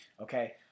Okay